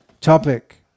topic